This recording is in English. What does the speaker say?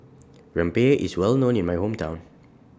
Rempeyek IS Well known in My Hometown